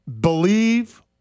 believe